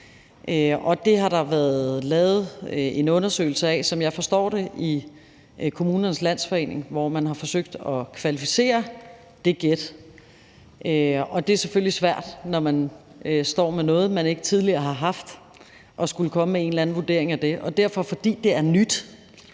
forstår det, været lavet en undersøgelse af i Kommunernes Landsforening, hvor man har forsøgt at kvalificere det gæt. Det er selvfølgelig svært, når man står med noget, man ikke tidligere har stået med, at skulle komme med en eller anden vurdering af det. Så fordi det er nyt,